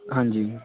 ਹਾਂਜੀ